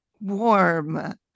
warm